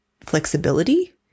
flexibility